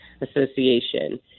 Association